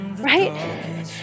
right